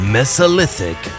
Mesolithic